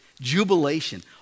jubilation